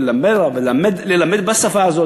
וללמד בשפה הזו,